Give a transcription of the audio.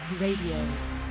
RADIO